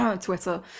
Twitter